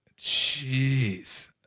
Jeez